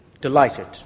delighted